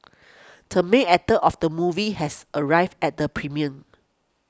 term main actor of the movie has arrived at the premiere